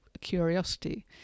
curiosity